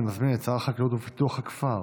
אני מזמין את שר החקלאות ופיתוח הכפר